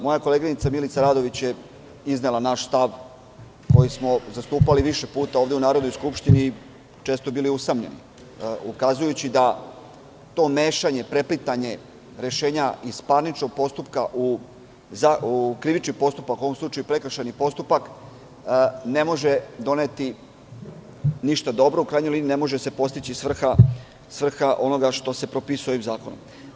Moja koleginica Milica Radović je iznela naš stav koji smo zastupali više puta ovde u Narodnoj skupštini, i često bili usamljeni, ukazujući da to mešanje, preplitanje rešenja iz parničnog postupka u krivični postupak, u ovom slučaju prekršajni postupak, ne može doneti ništa dobro, u krajnjoj liniji ne može se postići svrha onoga što se propisuje ovim zakonom.